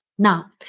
Now